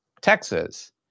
Texas